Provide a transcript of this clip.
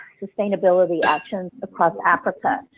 sustainability actions across africa.